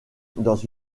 dans